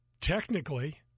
technically